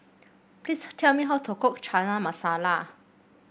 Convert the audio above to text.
please tell me how to cook Chana Masala